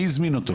מי הזמין אותו?